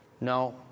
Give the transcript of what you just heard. No